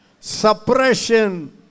suppression